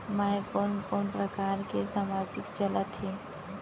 मैं कोन कोन प्रकार के सामाजिक चलत हे?